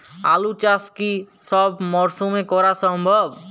আলু চাষ কি সব মরশুমে করা সম্ভব?